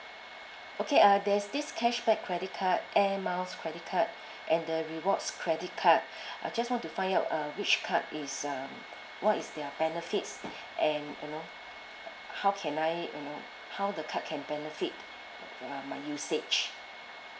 okay uh there're these cashback credit card air miles credit card and the rewards credit card I just want to find out uh which card is uh what is their benefits and you know how can I you know how the card can benefit my usage